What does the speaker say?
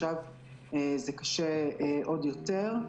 עכשיו קשה עוד יותר.